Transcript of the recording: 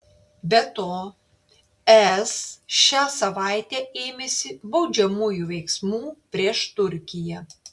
be to es šią savaitę ėmėsi baudžiamųjų veiksmų prieš turkiją